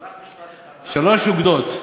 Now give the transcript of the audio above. רק משפט אחד, שלוש אוגדות.